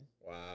Wow